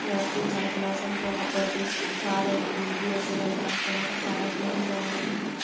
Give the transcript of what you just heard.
یاں کُنہِ ساتہٕ چھُ نہٕ آسان ہُہ ہَپٲرۍ چھِ أسۍ زالَن گیس سِلؠنٛڈَر اَسہِ چھ نہٕ آسان پیتھ پَیی اتھ مہَ ہیٚیہِ نار کِہیٖنۍ